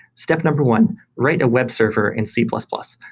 step number one write a web server in c plus plus.